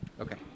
Okay